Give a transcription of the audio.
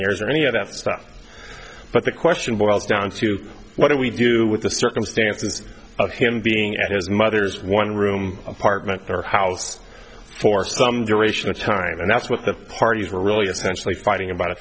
years or any of that stuff but the question boils down to what do we do with the circumstances of him being at his mother's one room apartment or house for some duration of time and that's what the parties were really essentially fighting about a